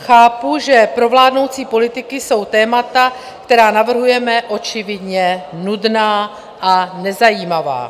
Chápu, že pro vládnoucí politiky jsou témata, která navrhujeme, očividně nudná a nezajímavá.